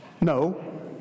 No